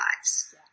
lives